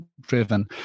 driven